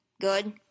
good